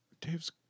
Dave's